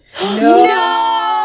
No